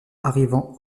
arrivant